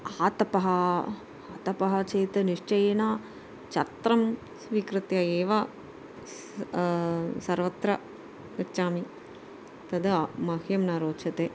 आतपः आतपः चेत् निश्चयेन छत्रं स्वीकृत्य एव स् सर्वत्र गच्छामि तदा मह्यं न रोचते